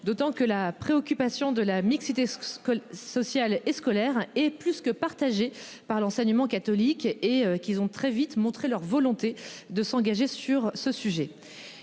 D'autant que la préoccupation de la mixité, ce que ce que le social et scolaire et plus que partagés par l'enseignement catholique et qu'ils ont très vite montré leur volonté de s'engager sur ce sujet